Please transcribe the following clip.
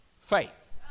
faith